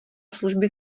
služby